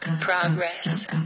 Progress